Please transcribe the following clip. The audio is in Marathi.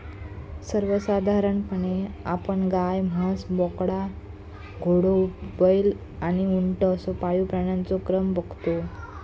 सर्वसाधारणपणे आपण गाय, म्हस, बोकडा, घोडो, बैल आणि उंट असो पाळीव प्राण्यांचो क्रम बगतो